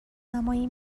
نمایی